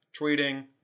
tweeting